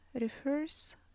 refers